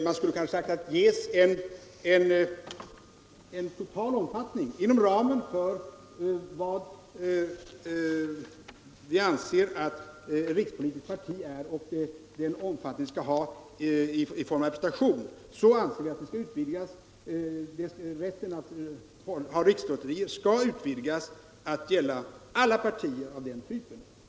Man skulle kanske ha sagt att rätten att anordna rikslotterier skall utvidgas till att gälla alla partier av den typ vi anser vara ett rikspolitiskt parti — vilken omfattning nu ett sådant parti skall ha i form av representation.